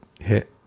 hit